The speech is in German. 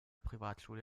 privatschule